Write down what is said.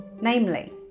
Namely